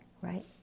right